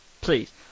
Please